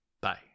Bye